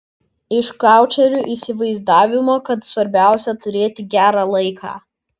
iš koučerių įsivaizdavimo kad svarbiausia turėti gerą laiką